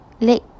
lake